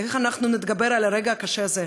איך נתגבר על הרגע הקשה הזה,